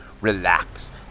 relax